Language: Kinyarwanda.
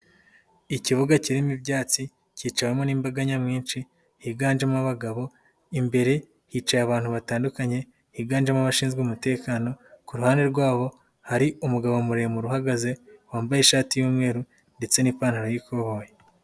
Ikibuga kirimo ibyatsi kicawemo n'imbaga nyamwinshi higanjemo abagabo, imbere hicaye abantu batandukanye higanjemo abashinzwe umutekano, ku ruhande rwabo hari umugabo muremure uhagaze wambaye ishati y'umweru ndetse n'ipantaro y'ikoboyi.